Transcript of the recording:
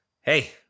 hey